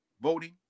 voting